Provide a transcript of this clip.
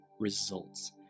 results